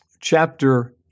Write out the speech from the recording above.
chapter